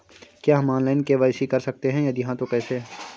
क्या हम online KYC कर सकते हैं यदि हाँ तो कैसे?